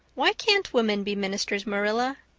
why can't women be ministers, marilla?